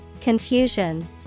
Confusion